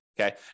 Okay